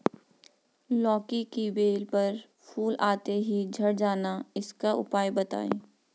लौकी की बेल पर फूल आते ही झड़ जाना इसका उपाय बताएं?